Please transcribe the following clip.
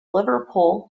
liverpool